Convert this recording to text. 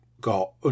Got